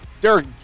Derek